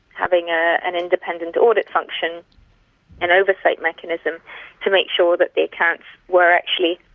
having ah an independent audit function and oversight mechanism to make sure that the accounts were actually